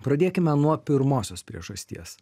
pradėkime nuo pirmosios priežasties